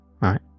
right